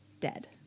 Dead